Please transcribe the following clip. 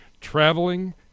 Traveling